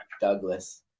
Douglas